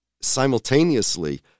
simultaneously